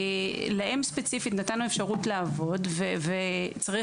להם ספציפית נתנו אפשרות לעבוד וצריך